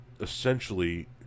essentially